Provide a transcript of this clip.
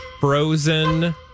Frozen